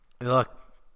Look